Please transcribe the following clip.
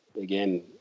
Again